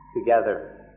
together